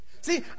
See